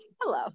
Hello